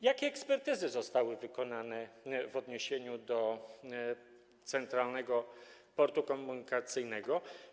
Jakie ekspertyzy zostały wykonane w odniesieniu do Centralnego Portu Komunikacyjnego?